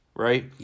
Right